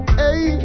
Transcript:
hey